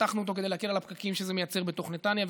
פתחנו אותו כדי להקל על הפקקים שזה מייצר בתוך נתניה.